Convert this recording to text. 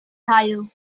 haul